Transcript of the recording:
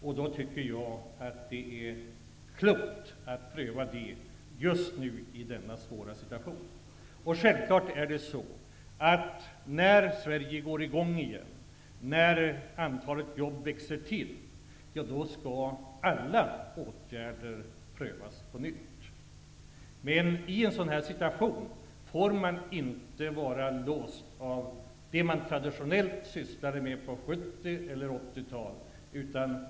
Jag tycker att det är klokt att pröva denna åtgärd just i denna svåra situation. När Sverige kommer igång igen och antalet jobb ökar, skall alla åtgärder prövas på nytt. Men i en sådan här situation får man inte vara låst av det man traditionellt sysslade med på 70 eller 80-talet.